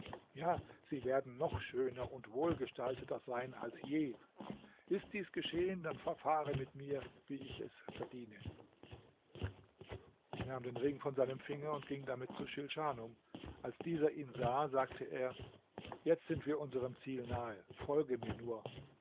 ja sie werden noch schöner und wohlgestalteter sein als je ist dies geschehen dann verfahre mit mir wie ich es verdiene ich nahm den ring von seinem finger und ging damit zu schilschanum als dieser ihn sah sagte er jetzt sind wir unserem ziel nahe folge mir nur